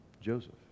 Joseph